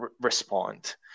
respond